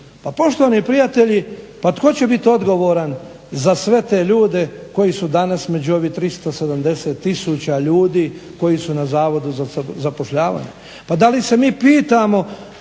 Pa poštovani prijatelji, pa tko će biti odgovoran za sve te ljude koji su danas među ovih 370 000 ljudi koji su na zavodu za zapošljavanje, pa da li se mi pitamo